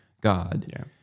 God